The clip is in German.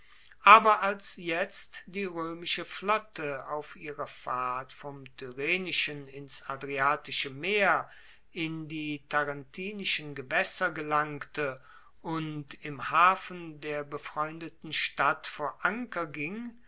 aber als jetzt die roemische flotte auf ihrer fahrt vom tyrrhenischen ins adriatische meer in die tarentinischen gewaesser gelangte und im hafen der befreundeten stadt vor anker ging